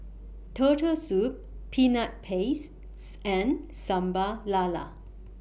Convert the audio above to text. Turtle Soup Peanut Pastes and Sambal Lala